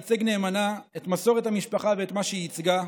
ייצג נאמנה את מסורת המשפחה ואת מה שהיא ייצגה.